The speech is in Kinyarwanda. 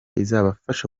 izabafasha